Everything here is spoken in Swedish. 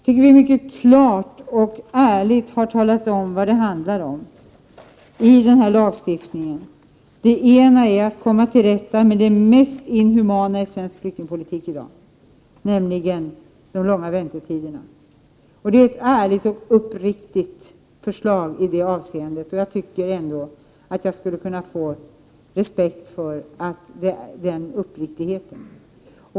Vi har mycket klart och ärligt talat om vad denna lagstiftning handlar om. Prot. 1988/89:125 Det är bl.a. att komma till rätta med det mest inhumana i svensk 31 maj 1989 flyktingpolitik i dag, nämligen de långa väntetiderna. Vårt förslag i det avseendet är ärligt och uppriktigt, och jag tycker att jag skulle kunna få respekt för den uppriktigheten.